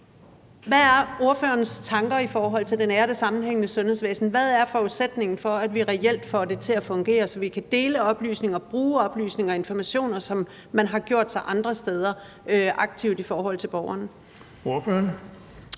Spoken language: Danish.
Hvad er ordførerens tanker om det nære og sammenhængende sundhedsvæsen? Hvad er forudsætningen for, at vi reelt får det til at fungere, så vi kan dele oplysninger og bruge oplysninger og informationer andre steder fra og bruge dem aktivt i forhold til borgerne? Kl.